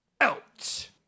out